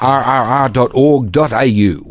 rrr.org.au